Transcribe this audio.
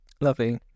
Lovely